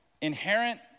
inherent